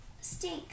Stink